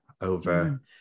over